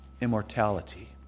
immortality